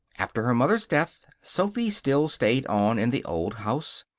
after her mother's death sophy still stayed on in the old house.